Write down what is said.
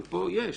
אבל פה יש,